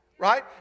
right